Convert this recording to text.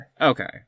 okay